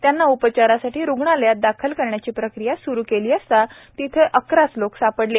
त्यांना उपचारासाठी रूग्णालयात दाखल करण्याची प्रक्रिया सूरू केली असता तिथे अकराच लोक सापडले